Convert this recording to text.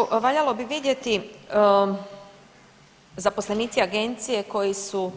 Kolega Paviću valjalo bi vidjeti zaposlenici agencije koji su